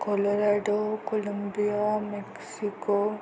colorado Colombia Mexico